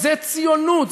זה ציונות,